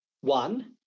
one